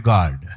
God